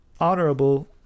honorable